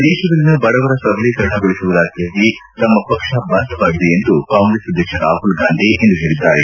ದೇಶದಲ್ಲಿನ ಬಡವರ ಸಬಲೀಕರಣಗೊಳಿಸುವುದಕ್ಕೆ ತಮ್ಮ ಪಕ್ಷ ಬದ್ಧವಾಗಿದೆ ಎಂದು ಕಾಂಗ್ರೆಸ್ ಅಧ್ವಕ್ಷ ರಾಹುಲ್ ಗಾಂಧಿ ಇಂದು ಹೇಳಿದ್ದಾರೆ